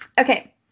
Okay